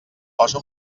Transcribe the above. posa